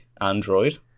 Android